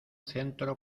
centro